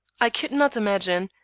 i could not imagine.